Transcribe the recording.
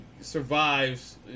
survives